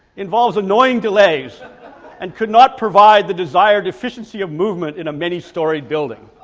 involves annoying delays and could not provide the desired efficiency of movement in a many story building.